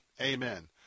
Amen